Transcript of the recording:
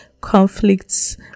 conflicts